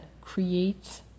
creates